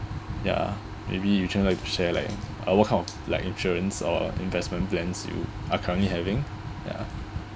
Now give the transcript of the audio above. ya maybe Yu Chen like to share like uh what kind of like insurance or investment plans you are currently having ya